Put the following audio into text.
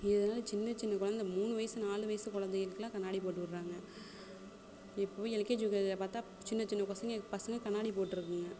இதில் சின்ன சின்ன குழந்த மூணு வயசு நாலு வயசு குழந்தைங்களுக்குலாம் கண்ணாடி போட்டுவிட்றாங்க இப்போவும் எல்கேஜி யூகேஜில் பார்த்தா சின்ன சின்ன பசங்க பசங்க கண்ணாடி போட்டுருக்குங்க